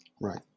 Right